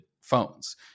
phones